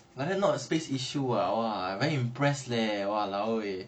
like that not a space issue ah !wah! I very impressed leh !walao! eh